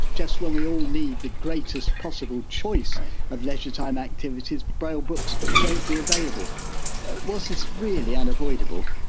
just when we all need the greatest possible choice of leisure time activities, braille books won't be available was this really unavoidable?